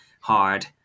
hard